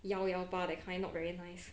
幺幺八 that kind not very nice